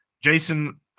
Jason